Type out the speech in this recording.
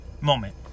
moment